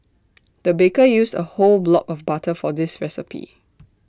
the baker used A whole block of butter for this recipe